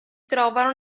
trovano